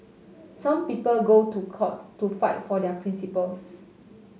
some people go to court to fight for their principles